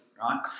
right